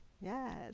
yes